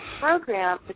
program